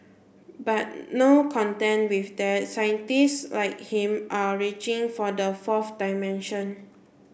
but no content with that scientists like him are reaching for the fourth dimension